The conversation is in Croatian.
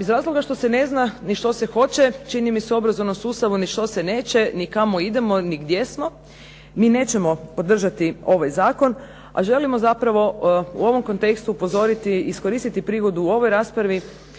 Iz razloga što se ne zna ni što se hoće, čini mi se u obrazovnom sustavu, ni što se neće, ni kamo idemo, ni gdje smo, mi nećemo podržati ovaj zakon. A želimo zapravo u ovom kontekstu upozoriti i iskoristiti prigodu u ovoj raspravi,